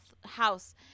House